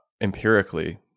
empirically